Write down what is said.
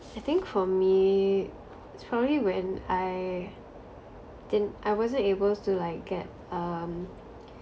I think for me it's probably when I didn't I wasn't able to like get um